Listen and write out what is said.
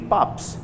Pops